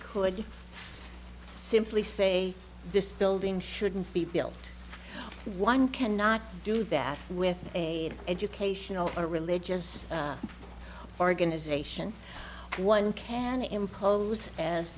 could simply say this building shouldn't be built one cannot do that with a educational or religious organisation one can impose as